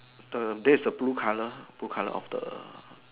the there is a blue color blue color of the